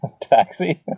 Taxi